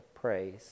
praise